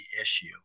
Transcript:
issue